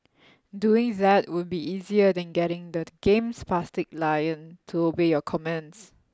doing that would be easier than getting that game's spastic lion to obey your commands